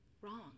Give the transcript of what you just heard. wrong